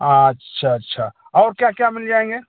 अच्छा अच्छा और क्या क्या मिल जाएँगे